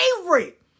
favorite